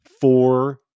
four